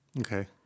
Okay